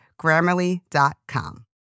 Grammarly.com